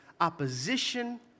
Opposition